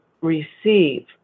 receive